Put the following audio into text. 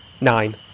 Nine